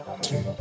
two